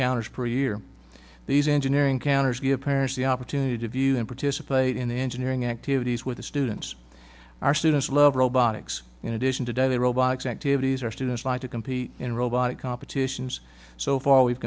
counters per year these engineering canners give parents the opportunity to view and participate in engineering activities with the students our students love robotics in addition today the robotics activities our students like to compete in robotics competitions so far we've